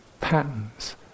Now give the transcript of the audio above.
patterns